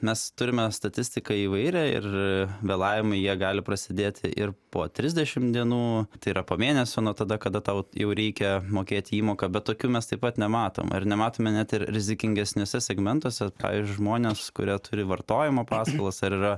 mes turime statistiką įvairią ir vėlavimai jie gali prasidėti ir po trisdešimt dienų tai yra po mėnesio nuo tada kada tau jau reikia mokėt įmoką bet tokių mes taip pat nematom ir nematome net rizikingesniuose segmentuose pavyzdžiui žmonės kurie turi vartojimo paskolas ar yra